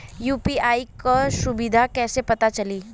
UPI क सुविधा कैसे पता चली?